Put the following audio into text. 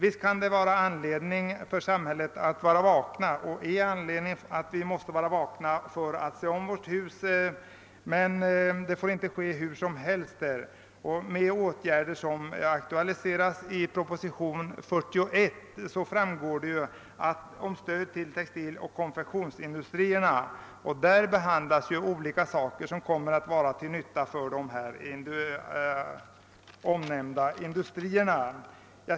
Visst har vi anledning att se om vårt hus, men det får inte ske till vilket pris som helst. I propositionen 41 föreslås åtgärder som kommer att bli till nytta för textiloch konfektionsindustrierna.